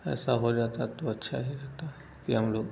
ऐसा हो जाता है तो अच्छा ही रहता है कि हम लोग